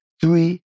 three